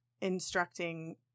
instructing